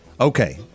Okay